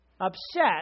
upset